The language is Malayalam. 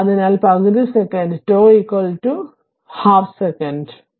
അതിനാൽ പകുതി സെക്കൻഡ് τ പകുതി സെക്കൻറ്